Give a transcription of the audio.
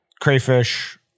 crayfish